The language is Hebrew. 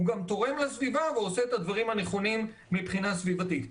הוא גם תורם לסביבה ועושה את הדברים הנכונים מבחינה סביבתית.